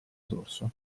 dorso